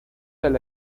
del